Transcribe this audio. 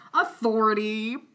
Authority